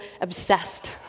obsessed